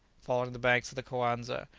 following the banks of the coanza,